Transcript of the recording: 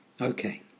Okay